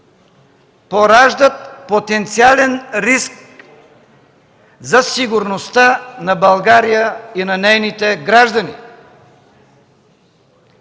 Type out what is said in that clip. пораждат потенциален риск за сигурността на България и на нейните граждани.